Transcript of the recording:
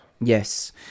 Yes